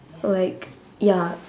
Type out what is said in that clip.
or like ya